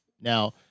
Now